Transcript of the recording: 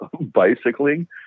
bicycling